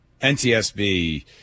NTSB